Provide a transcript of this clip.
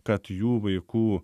kad jų vaikų